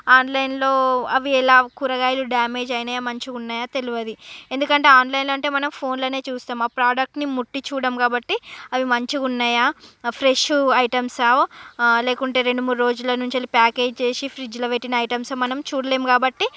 ఆన్లైన్లో అవి ఎలా కూరగాయలు డామేజ్ అయ్యినాయో మంచిగున్నాయో తెలియదు ఎందుకంటే ఆన్లైన్ అంటే మనం ఫోన్లోనే చూస్తాం ఆ ప్రొడక్ట్ని ముట్టి చూడం కాబట్టి అవి మంచిగున్నాయా ఫ్రెష్ ఐటెంసా లేకుంటే రెండు మూడు రోజులనుంచి ప్యాకేజీ చేసి ఫ్రిడ్జ్లో పెట్టిన ఐటెమ్స్ మనం చూడలేము కాబట్టి